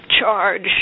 charge